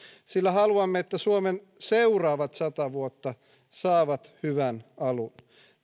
sillä haluamme että suomen seuraavat sata vuotta saavat hyvän alun